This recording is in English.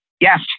Yes